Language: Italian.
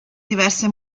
diverse